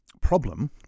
Problem